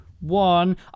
one